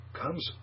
comes